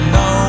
no